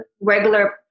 regular